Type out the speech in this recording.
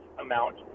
amount